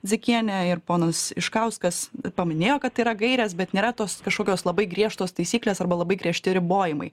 dzikiene ir ponas iškauskas paminėjo kad yra gairės bet nėra tos kažkokios labai griežtos taisyklės arba labai griežti ribojimai